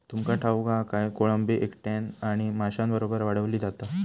तुमका ठाऊक हा काय, कोळंबी एकट्यानं आणि माशांबरोबर वाढवली जाता